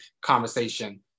conversation